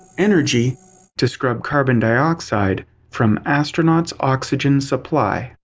energy to scrub carbon dioxide from astronauts oxygen supply.